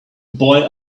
boy